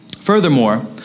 Furthermore